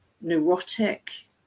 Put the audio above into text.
neurotic